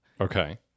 Okay